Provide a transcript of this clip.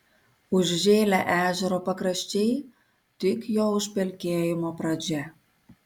užžėlę ežero pakraščiai tik jo užpelkėjimo pradžia